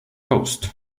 coast